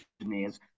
engineers